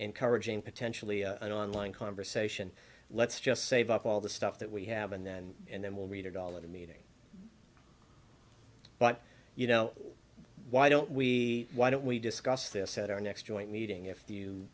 encouraging potentially an online conversation let's just save up all the stuff that we have and then and then we'll read it all in a meeting but you know why don't we why don't we discuss this at our next joint meeting if you